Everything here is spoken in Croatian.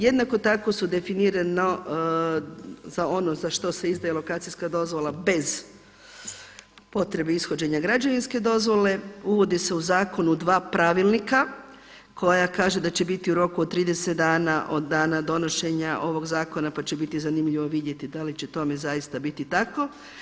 Jednako tako su definirano za ono što za što se izdaje lokacijska dozvola bez potrebe ishođenja građevinske dozvole, uvode se u zakonu dva pravilnika koja kaže da će biti u roku od 30 dana od dana donošenja ovog zakona, pa će biti zanimljivo vidjeti da li će tome zaista biti tako.